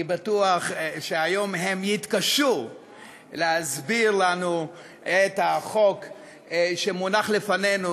אני בטוח שהיום הם יתקשו להסביר לנו את החוק שמונח לפנינו,